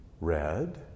Red